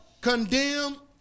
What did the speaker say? condemn